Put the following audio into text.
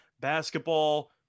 basketball